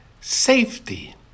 safety